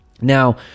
Now